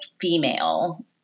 female